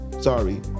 Sorry